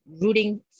rooting